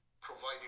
providing